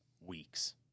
weeks